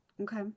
Okay